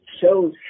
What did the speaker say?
shows